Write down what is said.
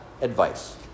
advice